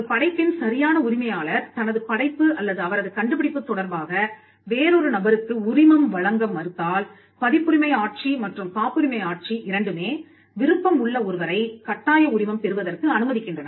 ஒரு படைப்பின் சரியான உரிமையாளர் தனது படைப்பு அல்லது அவரது கண்டுபிடிப்பு தொடர்பாக வேறொரு நபருக்கு உரிமம் வழங்க மறுத்தால் பதிப்புரிமை ஆட்சி மற்றும் காப்புரிமை ஆட்சி இரண்டுமே விருப்பம் உள்ள ஒருவரை கட்டாய உரிமம் பெறுவதற்கு அனுமதிக்கின்றன